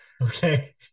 Okay